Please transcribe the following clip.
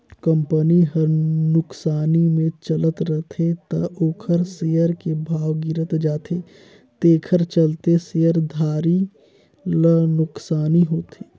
company हर नुकसानी मे चलत रथे त ओखर सेयर के भाव गिरत जाथे तेखर चलते शेयर धारी ल नुकसानी होथे